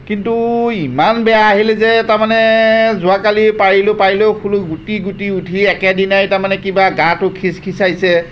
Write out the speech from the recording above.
কিন্তু ইমান বেয়া আহিলে যে তাৰমানে যোৱাকালি পাৰিলোঁ পাৰি লৈ শুলোঁ গুটি গুটি উঠি একেদিনাই তাৰমানে গাটো খিচখিচাইছে